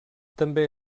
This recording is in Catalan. també